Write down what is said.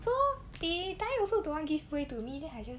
so they die also don't want give way to me so I just